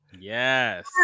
yes